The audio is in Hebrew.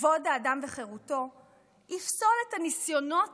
כבוד האדם וחירותו יפסול את הניסיונות